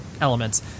elements